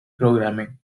programming